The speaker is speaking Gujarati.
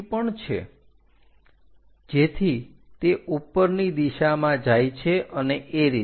જેથી તે ઉપરની દિશામાં જાય છે અને એ રીતે